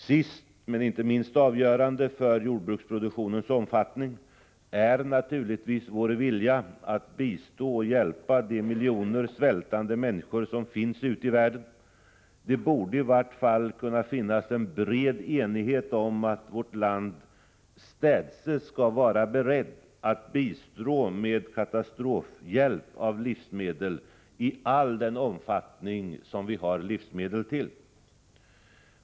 Sist men inte minst avgörande för jordbruksproduktionens omfattning är naturligtvis vår vilja att bistå och hjälpa de miljoner svältande människor som finns ute i världen. Det borde i vart fall kunna råda en bred enighet om att vårt land städse skall vara berett att bistå med katastrofhjälp av livsmedel i all den omfattning som vi har livsmedel till.